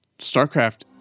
StarCraft